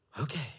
Okay